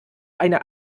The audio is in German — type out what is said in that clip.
eine